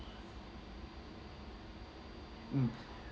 mm